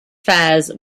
fairs